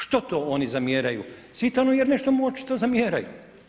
Što to oni zamjeraju Cvitanu jer nešto mu očito zamjeraju?